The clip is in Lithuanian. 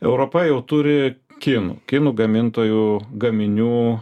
europa jau turi kinų kinų gamintojų gaminių